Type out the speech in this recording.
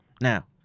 Now